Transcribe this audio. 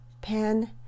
Pen